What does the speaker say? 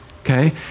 okay